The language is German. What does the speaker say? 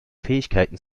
fähigkeit